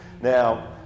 Now